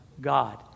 God